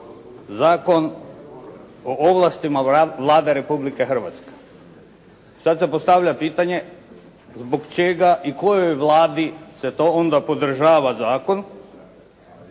zbog čega i kojoj Vladi se to onda podržava zakon,